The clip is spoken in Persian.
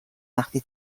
وقتی